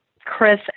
Chris